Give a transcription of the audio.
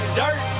dirt